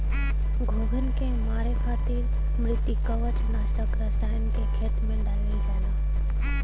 घोंघन के मारे खातिर मृदुकवच नाशक रसायन के खेत में डालल जाला